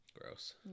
Gross